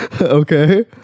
okay